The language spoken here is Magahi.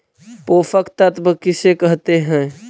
पोषक तत्त्व किसे कहते हैं?